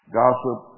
gossip